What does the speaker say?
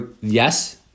yes